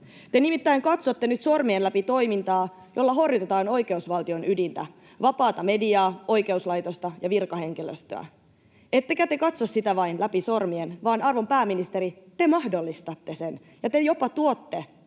Te nimittäin katsotte nyt sormien läpi toimintaa, jolla horjutetaan oikeusvaltion ydintä, vapaata mediaa, oikeuslaitosta ja virkahenkilöstöä. Ettekä te katso sitä vain läpi sormien, vaan, arvon pääministeri, te mahdollistatte sen ja te jopa tuotte